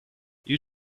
you